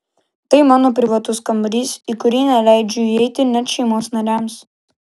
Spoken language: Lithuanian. tai mano privatus kambarys į kurį neleidžiu įeiti net šeimos nariams